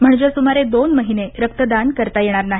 म्हणजे सुमारे दोन महिने रक्तदान करता येणार नाही